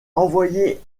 envoyée